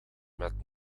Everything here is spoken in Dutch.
met